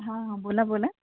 बोला बोला